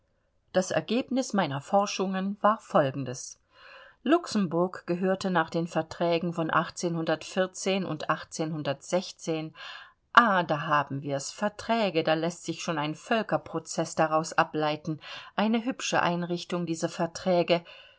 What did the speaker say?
das ergebnis meiner forschungen war folgendes luxemburg gehörte nach den verträgen von und ah da haben wir's verträge da läßt sich schon ein völkerprozeß daraus ableiten eine hübsche einrichtung diese verträge